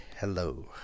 Hello